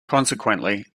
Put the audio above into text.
consequently